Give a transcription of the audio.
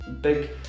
big